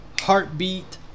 heartbeat